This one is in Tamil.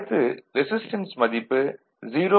அடுத்து ரெசிஸ்டன்ஸ் மதிப்பு 0